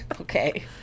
Okay